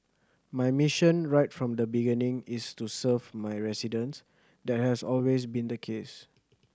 my mission right from the beginning is to serve my residents that has always been the case